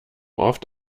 oft